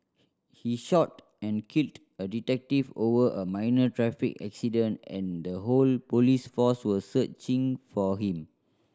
he shot and killed a detective over a minor traffic accident and the whole police force was searching for him